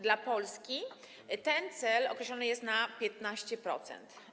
Dla Polski ten cel określony jest na poziomie 15%.